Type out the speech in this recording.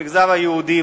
במגזר היהודי,